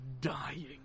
dying